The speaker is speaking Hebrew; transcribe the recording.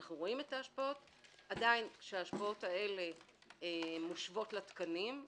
עדיין, כשהן מושוות לתקנים,